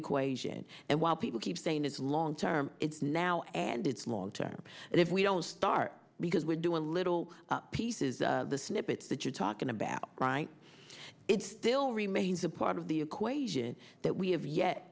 equation and while people keep saying it's long term it's now and it's long term and if we don't start because we're doing a little pieces the snippets that you're talking about right it still remains a part of the equation that we have yet